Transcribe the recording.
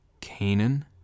Canaan